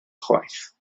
chwaith